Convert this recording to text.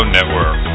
Network